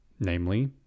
namely